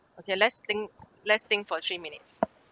okay let's think let's think for three minutes